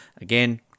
Again